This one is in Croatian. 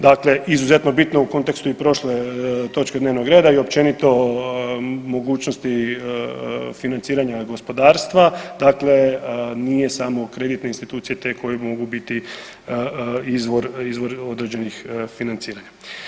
Dakle, izuzetno bitno u kontekstu i prošle točke dnevnog reda i općenito mogućnosti financiranja gospodarstva, dakle nije samo kreditne institucije te koje mogu biti izvor određenih financiranja.